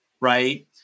right